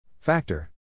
Factor